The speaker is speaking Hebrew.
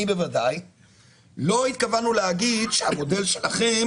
בוודאי לא התכוונו להגיד שהמודל שלכם